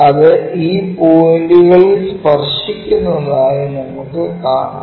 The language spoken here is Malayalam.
അത് ഈ പോയിന്റുകളിൽ സ്പർശിക്കുന്നതായി നമുക്ക് കാണാം